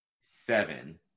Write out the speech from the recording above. seven